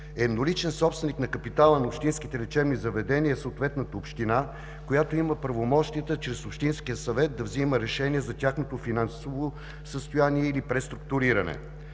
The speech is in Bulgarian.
едноличен собственик на капитала на общинските лечебни заведения в съответната община, която има правомощията чрез Общинския съвет, да взима решение за тяхното финансово състояние или преструктуриране.